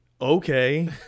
Okay